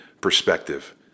perspective